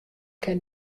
kin